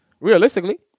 realistically